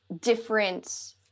different